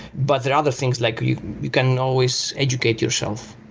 but there are other things like you you can always educate yourself,